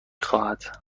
خواهد